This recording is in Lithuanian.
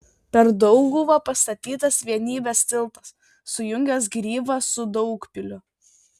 per dauguvą pastatytas vienybės tiltas sujungęs gryvą su daugpiliu